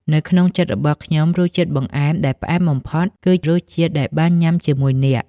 នៅក្នុងចិត្តរបស់ខ្ញុំ រសជាតិបង្អែមដែលផ្អែមបំផុត គឺរសជាតិដែលបានញ៉ាំជាមួយអ្នក។